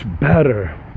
better